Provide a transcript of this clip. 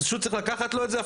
פשוט צריך לקחת לו את זה,